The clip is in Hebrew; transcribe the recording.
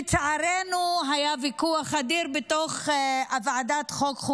לצערנו היה ויכוח אדיר בתוך ועדת החוקה,